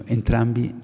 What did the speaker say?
entrambi